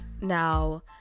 now